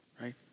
right